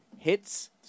Hits